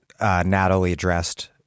Natalie-dressed